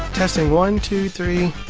testing one, two, three.